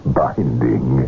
binding